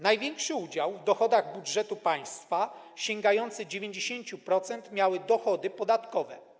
Największy udział w dochodach budżetu państwa, sięgający 90%, miały dochody podatkowe.